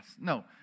No